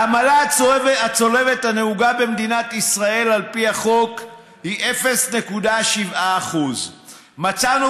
העמלה הצולבת הנהוגה במדינת ישראל על פי החוק היא 0.7%. מצאנו